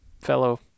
fellow